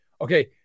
Okay